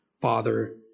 Father